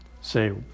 say